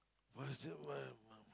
what's that one ah